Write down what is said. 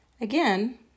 Again